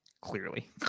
clearly